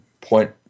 point